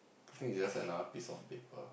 you think it's another piece of paper